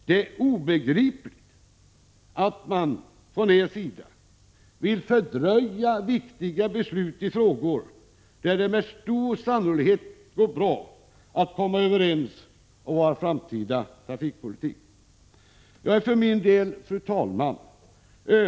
Det är obegripligt att man från borgerligt håll vill fördröja viktiga beslut i frågor där det med stor sannolikhet går bra att komma överens om vår framtida trafikpolitik. Fru talman!